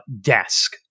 desk